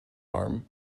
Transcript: arm